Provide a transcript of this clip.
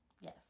Yes